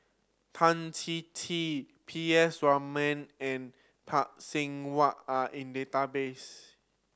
Tan Chin Chin P S Raman and Phay Seng Whatt are in database